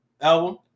album